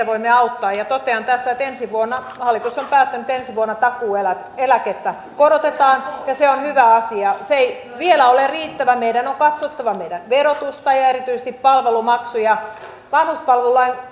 voimme auttaa ja totean tässä että hallitus on päättänyt että ensi vuonna takuueläkettä korotetaan ja se on hyvä asia se ei vielä ole riittävää meidän on on katsottava meidän verotusta ja ja erityisesti palvelumaksuja vanhuspalvelulain kanssa